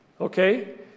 Okay